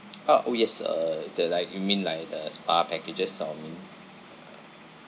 ah oh yes uh the like you mean like the spa packages that you mean